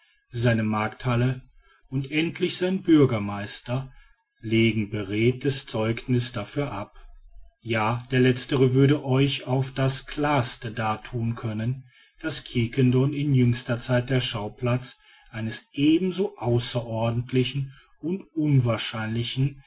seine markthalle und endlich sein bürgermeister legen beredtes zeugniß dafür ab ja der letztere würde euch auf das klarste darthun können daß quiquendone in jüngster zeit der schauplatz eines ebenso außerordentlichen und unwahrscheinlichen